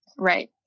Right